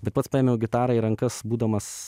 bet pats paėmiau gitarą į rankas būdamas